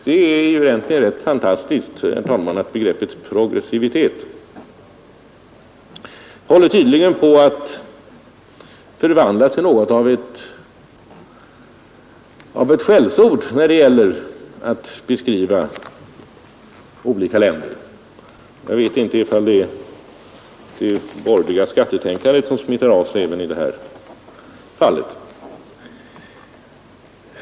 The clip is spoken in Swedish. Det är egentligen rätt fantastiskt, herr talman, att begreppet progressivitet tydligen håller på att förvandlas till något av ett skällsord när det gäller att beskriva olika länder. Jag vet inte om det är det borgerliga skattetänkandet som smittar av sig även i detta fall.